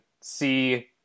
see